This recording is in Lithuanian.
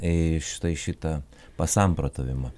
į štai šitą pasamprotavimą